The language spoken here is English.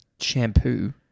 shampoo